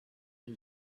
who